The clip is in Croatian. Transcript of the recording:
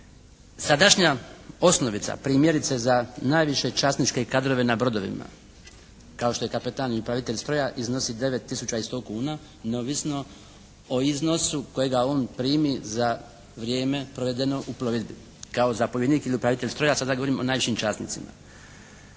Sadašnja osnovica primjerice za najviše časničke kadrove na brodovima kao što je kapetan i upravitelj stroja iznosi 9 tisuća i 100 kuna neovisno o iznosu kojega on primi za vrijeme provedeno u plovidbi kao zapovjednik ili upravitelj stroja, sada govorim o najvišim časnicima.